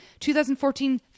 2014